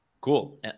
Cool